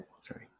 Sorry